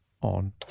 on